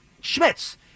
Schmitz